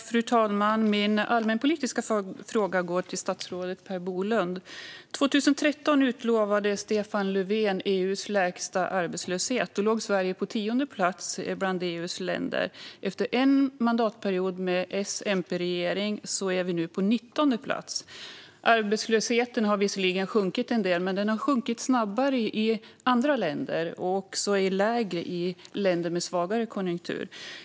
Fru talman! Min allmänpolitiska fråga går till statsrådet Per Bolund. År 2013 utlovade Stefan Löfven att vi skulle ha EU:s lägsta arbetslöshet. Då låg Sverige på tionde plats bland EU:s länder. Efter en mandatperiod med S och MP i regering är vi nu på 19:e plats. Arbetslösheten har visserligen sjunkit en del, men den har sjunkit snabbare i andra länder och är lägre i länder med svagare konjunktur.